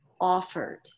offered